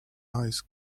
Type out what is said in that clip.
ice